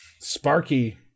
Sparky